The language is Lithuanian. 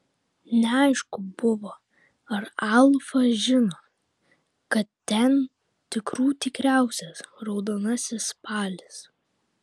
neaišku buvo ar alfa žino kad ten tikrų tikriausias raudonasis spalis